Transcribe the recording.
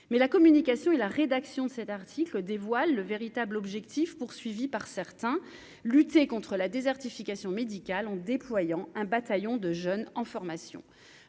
mais la communication et la rédaction de cet article dévoile le véritable objectif poursuivi par certains, lutter contre la désertification médicale en déployant un bataillon de jeunes en formation,